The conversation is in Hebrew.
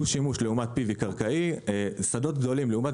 דו-שימוש לעומת PV קרקעי; שדות גדולים לעומת